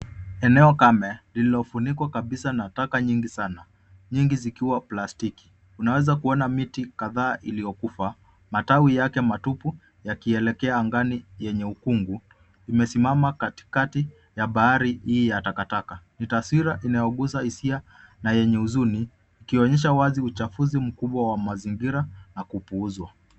Ene kame lilofunikwa kabisa na taka nyingi sana, nyingi zikiwa plastiki unaweza kuona miti kadhaa iliyokufaa ,matawi yake matupu yakielekea angani yenye ukungu imesimama katikati ya bahari hii ya takataka ni taswira inayogusa hisia na yenye huzuni ikionyesha wazi uchafuzi mkubwa wa mazingira na kupuuzwa.